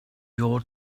your